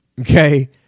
Okay